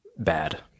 Bad